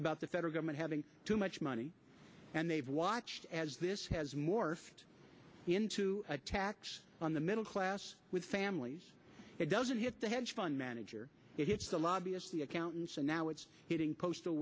about the federal government having too much money and they've watched as this has more it into a tax on the middle class with families it doesn't hit the hedge fund manager it's the lobbyist the accountants and now it's hitting postal